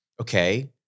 okay